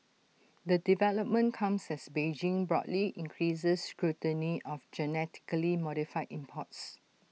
the development comes as Beijing broadly increases scrutiny of genetically modified imports